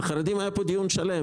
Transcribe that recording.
על החרדים היה פה דיון שלם.